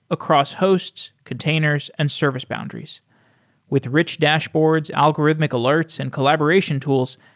across hosts, containers and service boundaries with rich dashboards, algorithmic alerts and collaboration tools,